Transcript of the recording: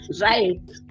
right